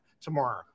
tomorrow